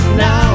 now